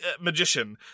magician